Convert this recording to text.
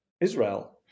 Israel